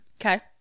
Okay